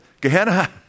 Gehenna